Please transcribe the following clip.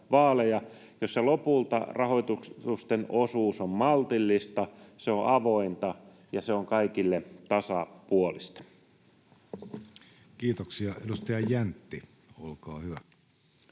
joissa lopulta rahoitusten osuus on maltillista, se on avointa ja se on kaikille tasapuolista. Kiitoksia. — Edustaja Jäntti, olkaa hyvä.